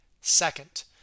Second